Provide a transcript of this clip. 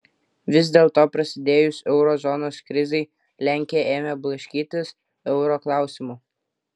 vis dėlto prasidėjus euro zonos krizei lenkija ėmė blaškytis euro klausimu